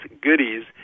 goodies